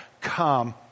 come